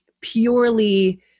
purely